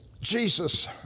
Jesus